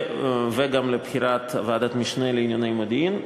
וגם לבחירת ועדת המשנה לענייני מודיעין,